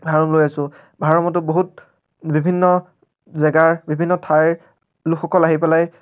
ভাড়া ৰুম লৈ আছো ভাড়া ৰুমতো বহুত বিভিন্ন জেগাৰ বিভিন্ন ঠাইৰ লোকসকল আহি পেলাই